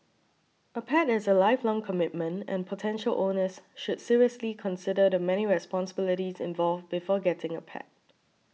a pet is a lifelong commitment and potential owners should seriously consider the many responsibilities involved before getting a pet